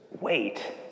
wait